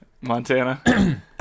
Montana